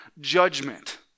judgment